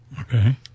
Okay